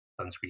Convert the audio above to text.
sunscreen